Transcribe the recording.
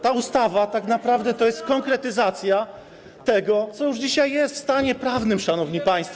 Ta ustawa tak naprawdę to jest konkretyzacja tego, co już dzisiaj jest w naszym stanie prawnym, szanowni państwo.